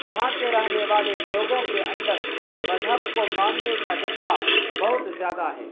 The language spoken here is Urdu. یہاں کے رہنے والے لوگوں کے اندر مذہب کو ماننے کا جذبہ بہت زیادہ ہے